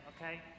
Okay